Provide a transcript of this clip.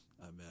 Amen